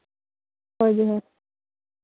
ᱦᱳᱭ ᱡᱟᱦᱟᱸ